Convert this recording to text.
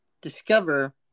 discover